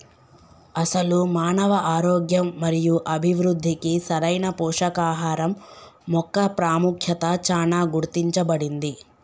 అసలు మానవ ఆరోగ్యం మరియు అభివృద్ధికి సరైన పోషకాహరం మొక్క పాముఖ్యత చానా గుర్తించబడింది